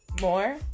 more